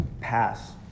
pass